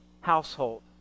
household